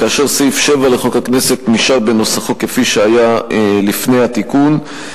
כאשר סעיף 7 לחוק הכנסת נשאר בנוסחו כפי שהיה לפני התיקון.